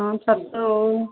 ହଁ ଛତୁ ଓଉ